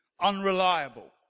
unreliable